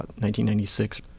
1996